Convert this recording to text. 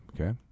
Okay